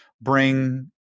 bring